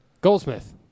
Goldsmith